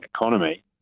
economy